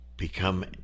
become